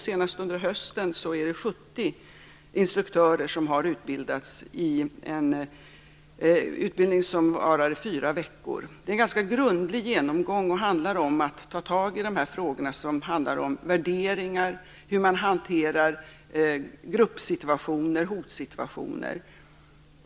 Senast under hösten är det 70 instruktörer som har gått en utbildning som varar i fyra veckor. Det är en ganska grundlig genomgång, och den handlar om att ta tag i de frågor som gäller värderingar, hur man hanterar gruppsituationer och hotsituationer.